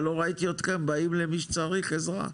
אבל לא ראיתי אתכם באים למי שצריך עזרה,